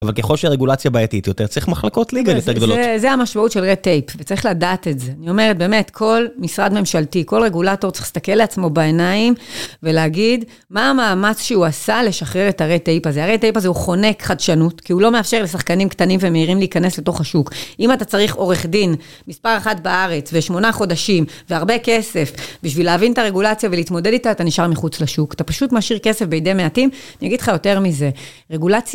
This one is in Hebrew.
אבל ככל שהרגולציה בעייתית יותר, צריך מחלקות ליגה יותר גדולות. זה המשמעות של רייט-טייפ, וצריך לדעת את זה. אני אומרת באמת, כל משרד ממשלתי, כל רגולטור צריך להסתכל לעצמו בעיניים, ולהגיד מה המאמץ שהוא עשה לשחרר את הרייט-טייפ הזה. הרייט-טייפ הזה הוא חונק חדשנות, כי הוא לא מאפשר לשחקנים קטנים ומהירים להיכנס לתוך השוק. אם אתה צריך עורך דין, מספר אחת בארץ, ושמונה חודשים, והרבה כסף בשביל להבין את הרגולציה ולהתמודד איתה, אתה נשאר מחוץ לשוק. אתה פשוט מאשיר כסף בידי מעטים, אני אגיד לך יותר מזה.